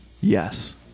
Yes